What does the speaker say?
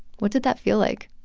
what did that feel like?